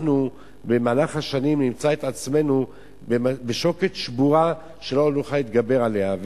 אנחנו במהלך השנים נמצא את עצמנו מול שוקת שבורה ולא נוכל להתגבר עליה.